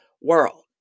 world